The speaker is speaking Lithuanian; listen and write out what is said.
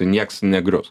nieks negrius